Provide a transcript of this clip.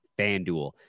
FanDuel